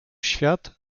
świat